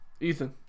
ethan